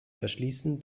verschließen